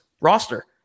roster